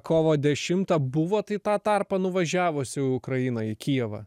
kovo dešimtą buvo į tą tarpą nuvažiavusi į ukrainą į kijevą